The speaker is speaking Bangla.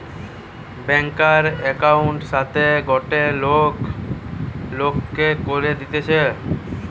ব্যাংকার একউন্টের সাথে গটে করে লোককে দিতেছে